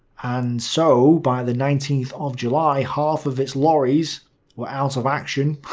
and so by the nineteenth of july half of its lorries were out of action,